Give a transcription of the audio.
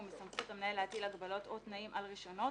ומסמכות המנהל להטיל הגבלות או תנאים על רישיונות